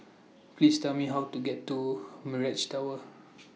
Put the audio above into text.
Please Tell Me How to get to Mirage Tower